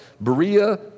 Berea